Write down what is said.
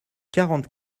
quarante